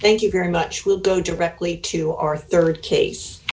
thank you very much we'll go directly to our rd case